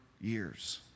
years